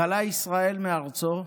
גלה ישראל מארצו,